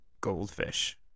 goldfish